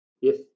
yes